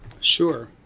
Sure